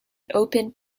open